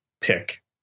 pick